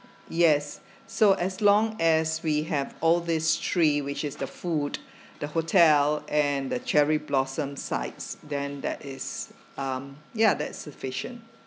yes so as long as we have all these three which is the food the hotel and the cherry blossom sites than that is um ya that's sufficient